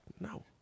no